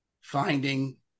finding